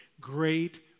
great